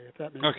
Okay